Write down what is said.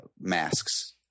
masks